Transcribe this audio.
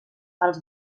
als